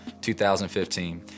2015